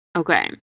okay